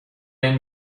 این